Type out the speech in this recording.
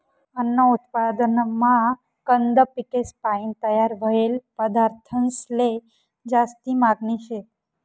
अन्न उत्पादनमा कंद पिकेसपायीन तयार व्हयेल पदार्थंसले जास्ती मागनी शे